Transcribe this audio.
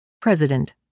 President